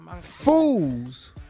Fools